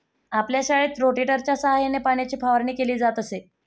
आपल्या शाळेत रोटेटरच्या सहाय्याने पाण्याची फवारणी केली जात असे